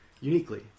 uniquely